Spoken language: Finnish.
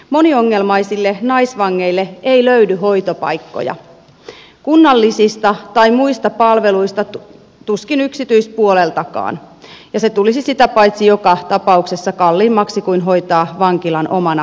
moniongelmaisille naisvangeille ei löydy hoitopaikkoja kunnallisista tai muista palveluista tuskin yksityispuoleltakaan ja se tulisi sitä paitsi joka tapauksessa kalliimmaksi kuin hoitaa vankilan omana palveluna